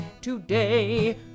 today